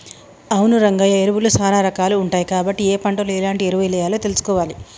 అవును రంగయ్య ఎరువులు సానా రాకాలు ఉంటాయి కాబట్టి ఏ పంటలో ఎలాంటి ఎరువులెయ్యాలో తెలుసుకోవాలి